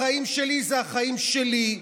החיים שלי זה החיים שלי,